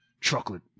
chocolate